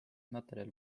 materjal